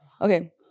Okay